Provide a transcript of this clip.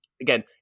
again